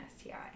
STI